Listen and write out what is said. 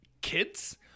kids